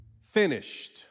finished